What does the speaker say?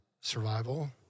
survival